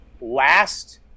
last